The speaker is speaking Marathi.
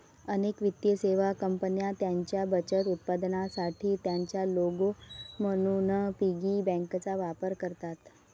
अनेक वित्तीय सेवा कंपन्या त्यांच्या बचत उत्पादनांसाठी त्यांचा लोगो म्हणून पिगी बँकांचा वापर करतात